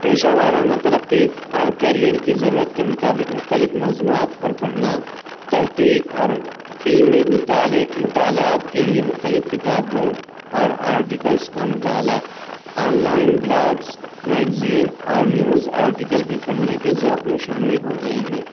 پیشہ ورانہ ترقی اور کیرئر کی ضرورت کے مطابق مختلف موضوعات پر پڑھنا تحقیق اور علمی مطالعے مطالعات کے لیے مختلف کتابوں اور آرٹیکلس کا مطالعہ آنلائن بلاگس میگزین اور نیوز آرٹیکل بھی پڑھنے کے ذوق میں شامل ہو گئے ہیں